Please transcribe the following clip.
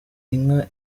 inka